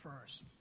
first